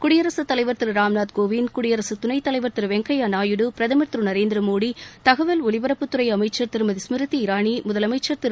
குடியரசுத் தலைவர் திரு ராம்நாத் கோவிந்த் குடியரசுத் துணைத் தலைவர் திரு வெங்கையா நாயுடு பிரதமர் திரு நரேந்திரமோடி தகவல் ஒலிபரப்புத் துறை அமைச்சர் திருமதி ஸ்மிருதி இரானி முதலமைச்சர் திரு